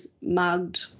mugged